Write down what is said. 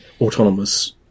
autonomous